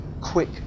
quick